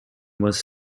was